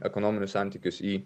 ekonominius santykius į